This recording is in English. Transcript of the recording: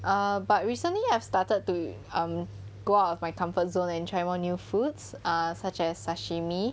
err but recently I have started to um go out of my comfort zone and try more new food such as sashimi